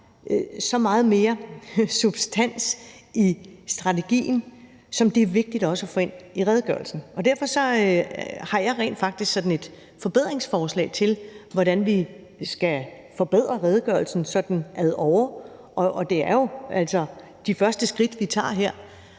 så meget mere substans i strategien, som det er vigtigt også at få ind i redegørelsen. Derfor har jeg rent faktisk sådan et forslag til, hvordan vi skal forbedre redegørelsen sådan ad åre. Det er jo altså de første skridt, vi tager her,